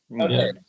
Okay